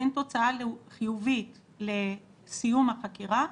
בין תוצאה חיובית לסיום החקירה,